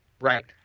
Right